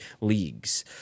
leagues